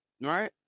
Right